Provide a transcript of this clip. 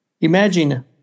Imagine